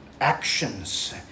actions